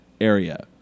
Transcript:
area